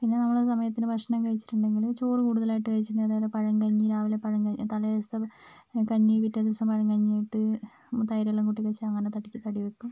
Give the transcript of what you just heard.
പിന്നെ നമ്മൾ സമയത്തിന് ഭക്ഷണം കഴിച്ചിട്ടുണ്ടെങ്കിൽ ചോറ് കൂടുതലായിട്ട് കഴിച്ചിട്ടുണ്ടെങ്കിൽ അതായത് പഴങ്കഞ്ഞി രാവിലെ പഴങ്കഞ്ഞി തലേദിവസത്തെ കഞ്ഞി പിറ്റേദിവസം പഴങ്കഞ്ഞിയിട്ട് തൈരെല്ലാം കൂട്ടി കഴിച്ചാൽ അങ്ങനെ ത തടിവെക്കും